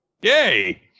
Yay